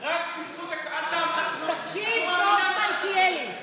רק בזכות ההסכמים הקואליציוניים.